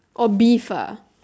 oh beef ah